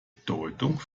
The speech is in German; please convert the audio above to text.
bedeutung